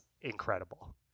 incredible